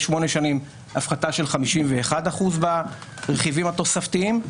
שמונה שנים הפחתה של 51% ברכיבים התוספתיים.